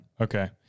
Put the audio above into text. Okay